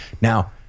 Now